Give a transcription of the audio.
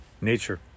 nature